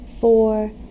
four